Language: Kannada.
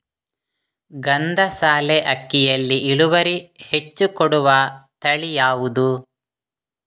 ಗಂಧಸಾಲೆ ಅಕ್ಕಿಯಲ್ಲಿ ಇಳುವರಿ ಹೆಚ್ಚು ಕೊಡುವ ತಳಿ ಯಾವುದು?